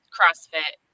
CrossFit